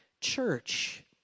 church